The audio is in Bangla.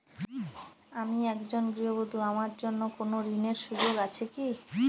আমি একজন গৃহবধূ আমার জন্য কোন ঋণের সুযোগ আছে কি?